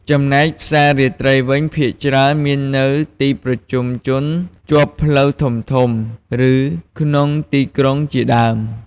ចំណែកផ្សាររាត្រីវិញ ភាគច្រើនមាននៅទីប្រជុំជនជាប់ផ្លូវធំៗ ឬក្នុងទីក្រុងជាដើម។